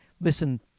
Listen